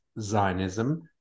Zionism